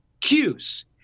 cues